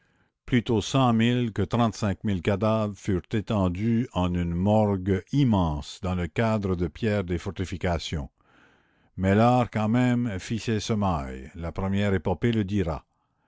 cent mille que trente-cinq mille cadavres furent étendus en une morgue immense dans le cadre de pierre des fortifications mais l'art quand même fit ses semailles la première épopée le dira